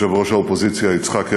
יושב-ראש האופוזיציה יצחק הרצוג,